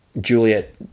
Juliet